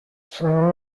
sono